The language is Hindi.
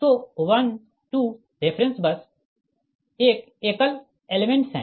तो 1 2 रेफ़रेंस बस एक एकल एलेमेंट्स है